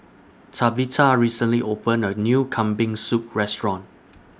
Tabitha recently opened A New Kambing Soup Restaurant